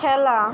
খেলা